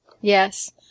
Yes